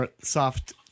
Soft